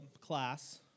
class